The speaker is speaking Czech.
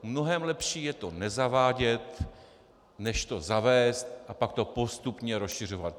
Mnohem lepší je to nezavádět než to zavést a pak to postupně rozšiřovat.